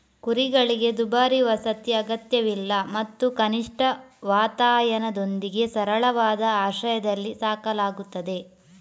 ಕುರಿಗಳಿಗೆ ದುಬಾರಿ ವಸತಿ ಅಗತ್ಯವಿಲ್ಲ ಮತ್ತು ಕನಿಷ್ಠ ವಾತಾಯನದೊಂದಿಗೆ ಸರಳವಾದ ಆಶ್ರಯದಲ್ಲಿ ಸಾಕಲಾಗುತ್ತದೆ